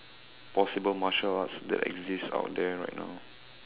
possible martial arts that exist out there right now